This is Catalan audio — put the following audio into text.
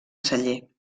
celler